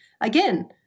again